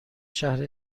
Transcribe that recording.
شهر